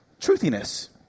Truthiness